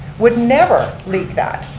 would never leak that.